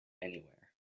anywhere